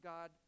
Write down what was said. God